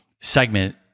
segment